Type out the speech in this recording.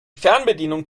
fernbedienung